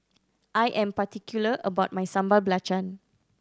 I am particular about my Sambal Belacan